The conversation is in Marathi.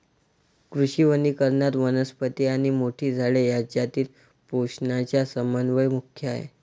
कृषी वनीकरणात, वनस्पती आणि मोठी झाडे यांच्यातील पोषणाचा समन्वय मुख्य आहे